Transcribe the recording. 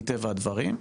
מטבע הדברים.